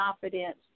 confidence